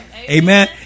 Amen